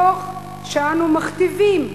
תוך שאנו מכתיבים,